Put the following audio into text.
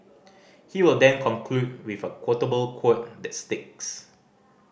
he will then conclude with a quotable quote that sticks